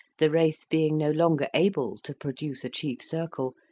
the race being no longer able to produce a chief circle,